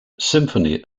symphony